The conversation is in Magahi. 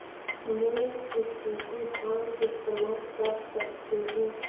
मुंग के खेती धान के समय कर सकती हे?